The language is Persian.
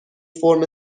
فرم